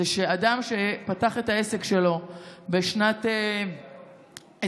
היא שאדם שפתח את העסק שלו בשנת 2020,